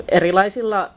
erilaisilla